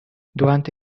durante